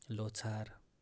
Lhosar